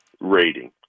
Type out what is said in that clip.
rating